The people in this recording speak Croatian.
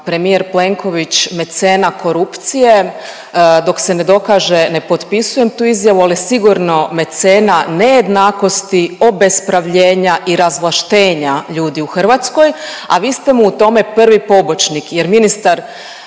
premijer Plenković mecena korupcije dok se ne dokaže ne potpisujem tu izjavu, ali je sigurno mecena nejednakosti, obespravljenja i razvlaštenja ljudi u Hrvatskoj, a vi ste mu u tome prvi pobočnik jer ministar